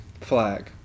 flag